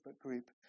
group